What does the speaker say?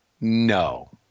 no